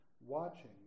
watching